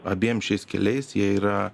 abiem šiais keliais jie yra